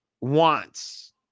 wants